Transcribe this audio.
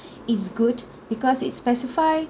it's good because it specify